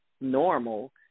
normal